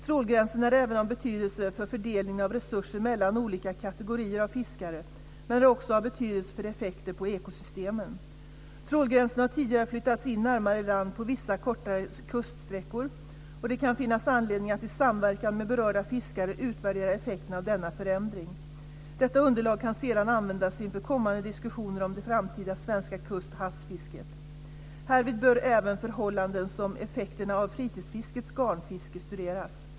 Trålgränsen är av betydelse för fördelningen av resurser mellan olika kategorier av fiskare, men är också av betydelse för effekter på ekosystemen. Trålgränsen har tidigare flyttats in närmare land på vissa kortare kuststräckor och det kan finnas anledning att i samverkan med berörda fiskare utvärdera effekterna av denna förändring. Detta underlag kan sedan användas inför kommande diskussioner om det framtida svenska kust och havsfisket. Härvid bör även förhållanden som effekterna av fritidsfiskets garnfiske studeras.